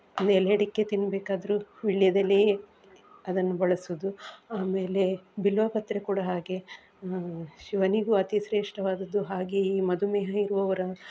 ಒಂದು ಎಲೆ ಅಡಿಕೆ ತಿನ್ನಬೇಕಾದ್ರು ವೀಳ್ಯದೆಲೆಯೇ ಅದನ್ನು ಬಳಸುವುದು ಆಮೇಲೆ ಬಿಲ್ವಪತ್ರೆ ಕೂಡ ಹಾಗೆ ಶಿವನಿಗೂ ಅತಿ ಶ್ರೇಷ್ಠವಾದದ್ದು ಹಾಗೆಯೇ ಈ ಮಧುಮೇಹ ಇರುವವರ